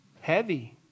Heavy